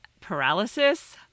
paralysis